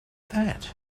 that